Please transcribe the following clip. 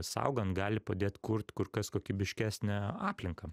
saugant gali padėt kurt kur kas kokybiškesnę aplinką